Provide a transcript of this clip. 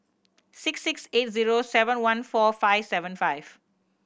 six six eight zero seven one four five seven five